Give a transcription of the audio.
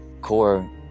core